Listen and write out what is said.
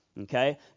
okay